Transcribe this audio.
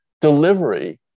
delivery